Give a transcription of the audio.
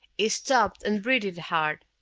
he stopped and breathed hard.